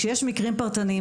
כשיש מקרים פרטניים,